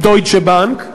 "דויטשה בנק",